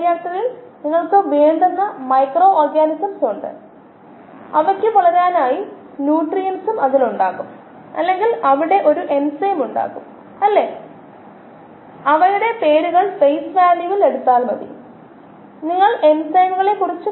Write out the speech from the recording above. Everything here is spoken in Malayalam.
നമ്മൾ ഇത് ഇതുവരെ വ്യക്തമായി പരിഗണിച്ചില്ല നമ്മൾ ഇത് പരിഗണിക്കേണ്ടതുണ്ട് കാരണം സബ്സ്ട്രേറ്റ് അളവ് കുറയുമ്പോൾ അത് പൂർണ്ണമായും കോശങ്ങളുടെ മെയിൻറ്റെനൻസ് പ്രവർത്തനങ്ങളിലേക്കാണ് പോകുന്നത് വളർച്ചയൊന്നും പ്രകടമല്ല വളർച്ചയൊന്നും കാണുന്നില്ല വ്യക്തമായ മാർഗ്ഗങ്ങൾ നിരീക്ഷിക്കപ്പെടുന്നു എന്നാൽ വളർച്ചയൊന്നും നിരീക്ഷിക്കപ്പെടുന്നില്ല